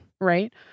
Right